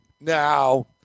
Now